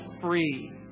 free